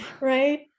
Right